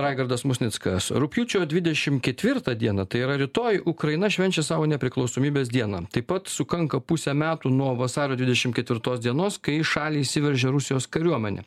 raigardas musnickas rugpjūčio dvidešim ketvirtą dieną tai yra rytoj ukraina švenčia savo nepriklausomybės dieną taip pat sukanka pusę metų nuo vasario dvidešim ketvirtos dienos kai į šalį įsiveržė rusijos kariuomenė